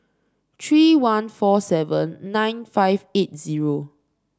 three one four seven nine five eight zero